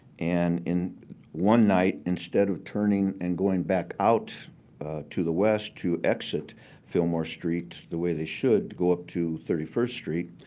and in one night, instead of turning and going back out to the west to exit fillmore street the way they should to go up to thirty first street,